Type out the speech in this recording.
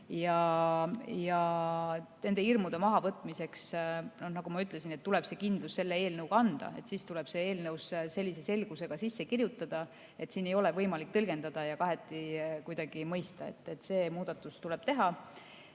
Nende hirmude mahavõtmiseks, nagu ma ütlesin, tuleb see kindlus selle eelnõuga anda. See tuleb eelnõusse sellise selgusega sisse kirjutada, et siin ei oleks võimalik tõlgendada ja kuidagi kaheti mõista. See muudatus tuleb teha.